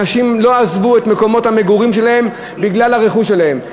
אנשים לא עזבו את מקומות המגורים שלהם בגלל הרכוש שלהם.